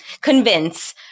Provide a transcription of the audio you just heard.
convince